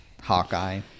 Hawkeye